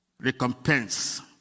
recompense